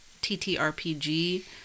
TTRPG